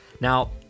Now